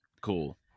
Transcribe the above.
Cool